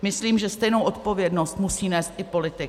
Myslím, že stejnou odpovědnost musí nést i politik.